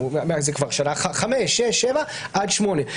זה כבר שנה חמש, שש, שבע עד שמונה.